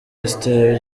esther